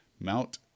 Mount